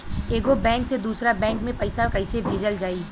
एगो बैक से दूसरा बैक मे पैसा कइसे भेजल जाई?